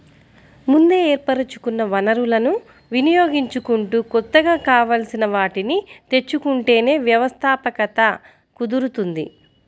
ముందే ఏర్పరచుకున్న వనరులను వినియోగించుకుంటూ కొత్తగా కావాల్సిన వాటిని తెచ్చుకుంటేనే వ్యవస్థాపకత కుదురుతుంది